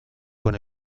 con